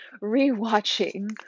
re-watching